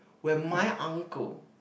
where my uncle